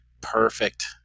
Perfect